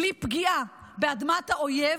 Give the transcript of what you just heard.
בלי פגיעה באדמת האויב,